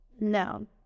no